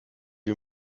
wie